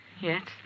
Yes